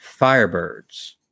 Firebirds